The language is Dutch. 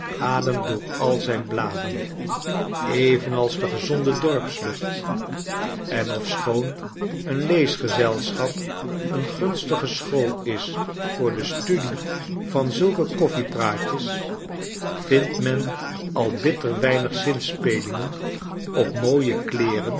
ademt door al zijn bladen evenals de gezonde dorpslucht en ofschoon een leesgezelschap een gunstige school is voor de studie van zulke koffiepraatjes vindt men al bitter weinig zinspelingen op mooie kleeren